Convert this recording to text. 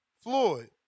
Floyd